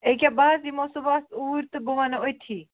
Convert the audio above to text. أکیٛاہ بہٕ حظ یِمو صُبحَس اوٗرۍ تہٕ بہٕ وَنہو أتھی